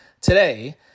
today